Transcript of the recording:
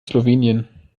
slowenien